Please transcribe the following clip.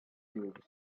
cubes